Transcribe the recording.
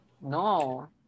No